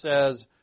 says